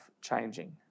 changing